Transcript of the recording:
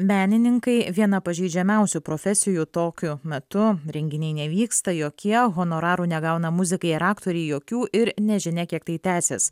menininkai viena pažeidžiamiausių profesijų tokiu metu renginiai nevyksta jokie honorarų negauna muzikai ar aktoriai jokių ir nežinia kiek tai tęsis